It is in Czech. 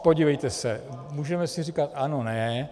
Podívejte se, můžeme si říkat ano ne.